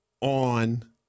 on